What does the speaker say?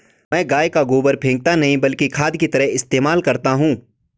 मैं गाय का गोबर फेकता नही बल्कि खाद की तरह इस्तेमाल करता हूं